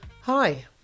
Hi